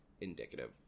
indicative